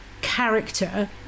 character